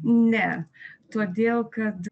ne todėl kad